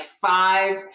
five